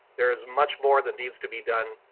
there is much more that needs to be done,